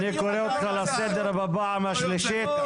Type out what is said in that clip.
אני קורא אותך לסדר בפעם השלישית.